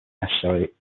necessary